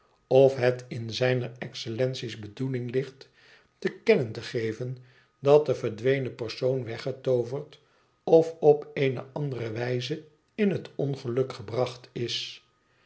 of het in zijner excellentie's bedoeling ligt te kennen te geven dat de verdwenen persoon wegetooverd of op eene andere wijze in het ongeluk gebracht is